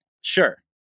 Sure